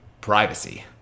Privacy